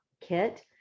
kit